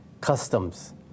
customs